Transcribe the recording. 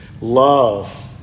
love